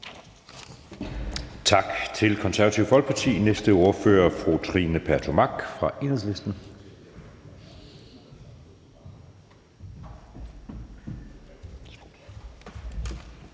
Tak til Det Konservative Folkeparti. Næste ordfører er fru Trine Pertou Mach fra Enhedslisten.